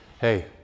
Hey